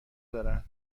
دارن